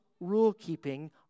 rule-keeping